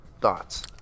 thoughts